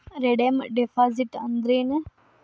Redeem deposit ಅಂದ್ರೇನ್?